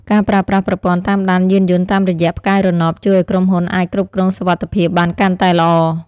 ការប្រើប្រាស់ប្រព័ន្ធតាមដានយានយន្តតាមរយៈផ្កាយរណបជួយឱ្យក្រុមហ៊ុនអាចគ្រប់គ្រងសុវត្ថិភាពបានកាន់តែល្អ។